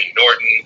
Norton